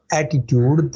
attitude